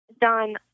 done